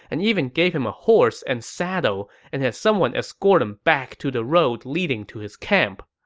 and even gave him a horse and saddle and had someone escort him back to the road leading to his camp.